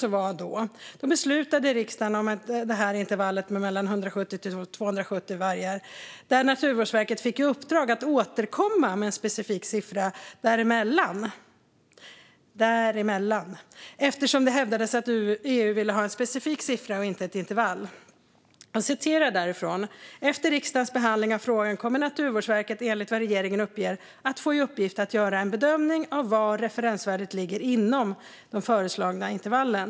Riksdagen beslutade då om ett intervall på 170-270 vargar, och Naturvårdsverket fick i uppdrag att återkomma med en specifik siffra däremellan - däremellanJag läser ur betänkandet: "Efter riksdagens behandling av frågan kommer Naturvårdsverket enligt vad regeringen uppger att få i uppgift att göra en bedömning av var referensvärdet ligger inom de föreslagna intervallen.